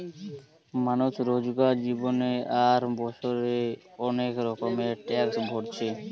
মানুষ রোজকার জীবনে আর বছরে অনেক রকমের ট্যাক্স ভোরছে